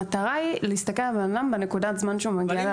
המטרה היא להסתכל על בן אדם בנקודת זמן שהוא מגיע לוועדה.